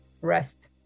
rest